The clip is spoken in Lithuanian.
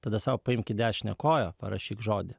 tada sau paimk į dešinę koją parašyk žodį